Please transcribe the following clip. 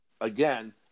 again